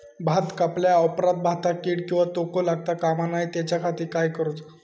भात कापल्या ऑप्रात भाताक कीड किंवा तोको लगता काम नाय त्याच्या खाती काय करुचा?